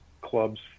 clubs